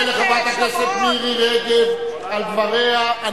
אני מודה לחברת הכנסת מירי רגב על דבריה.